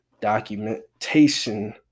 documentation